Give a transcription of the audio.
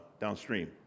downstream